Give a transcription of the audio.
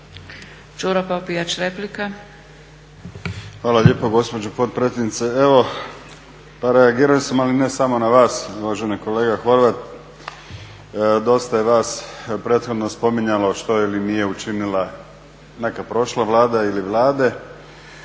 Đuro Popijač, replika.